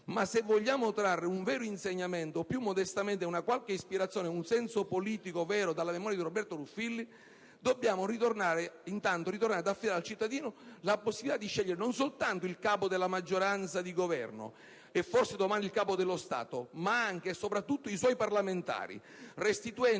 Ma se vogliamo trarre un vero insegnamento, o più modestamente, una qualche ispirazione e un senso politico vero dalla memoria di Roberto Ruffilli, dobbiamo intanto ritornare ad affidare al «cittadino» la possibilità di scegliere, non soltanto il capo della maggioranza di Governo e, forse domani, il Capo dello Stato, ma anche e soprattutto i suoi parlamentari, restituendogli